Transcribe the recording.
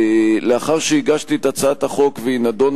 לאחר שהגשתי את הצעת החוק והיא נדונה